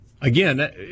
again